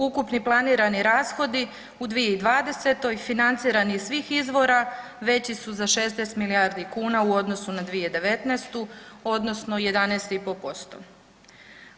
Ukupni planirani rashodi u 2020. financirani iz svih izvora veći su za 16 milijardi kuna u odnosu na 2019. odnosno 11,5%